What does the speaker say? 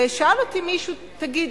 ושאל אותי מישהו: תגידי,